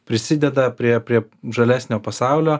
prisideda prie prie žalesnio pasaulio